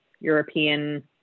European